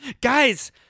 Guys